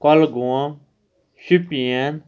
Kulgam Shopian